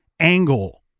Angle